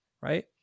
right